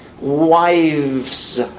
wives